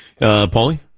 Paulie